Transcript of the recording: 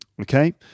okay